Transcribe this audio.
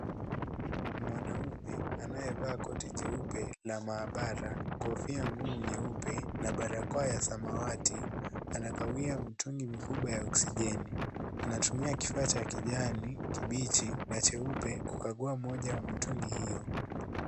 Mwanaume anayevaa koti jeupe la mahabara, kofia ngumu nyeupe na barakoa ya samawati. Anagawia mtungi mkubwa wa oksijeni. Anatumia kifaa cha kijani kibichi na jeupe kukagua mmoja wa mitungi hiyo.